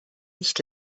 nicht